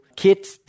kids